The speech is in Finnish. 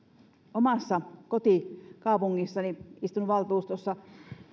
omassa kotikaupungissani istun valtuustossa